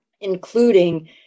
including